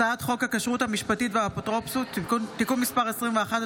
הצעת חוק הכשרות המשפטית והאפוטרופסות (תיקון מס' 21),